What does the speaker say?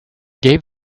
gave